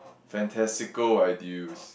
fantastical ideals